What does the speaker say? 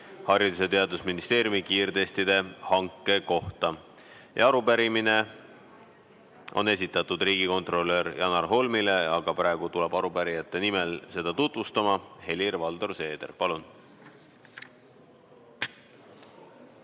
Haridus‑ ja Teadusministeeriumi kiirtestide hanke kohta. Arupärimine on esitatud riigikontrolör Janar Holmile, aga praegu tuleb arupärijate nimel seda tutvustama Helir-Valdor Seeder. Palun!